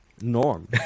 norm